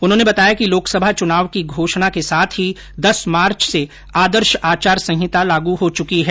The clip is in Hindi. उन्होंने बताया कि लोकसभा चुनाव की घोषणा के साथ ही दस मार्च से आदर्श आचार संहिता लागू हो चुकी है